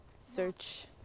search